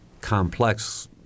complex